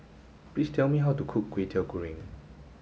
please tell me how to cook Kwetiau Goreng